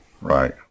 right